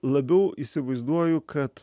labiau įsivaizduoju kad